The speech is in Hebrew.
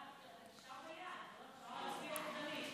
ההצעה להעביר את הנושא